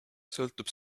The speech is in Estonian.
sõltub